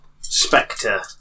Spectre